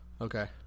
Okay